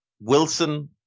Wilson